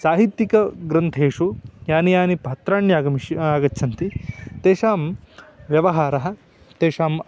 साहित्तिकग्रन्थेषु यानि यानि पात्राण्यागमिष्य आगच्छन्ति तेषां व्यवहारः तेषाम्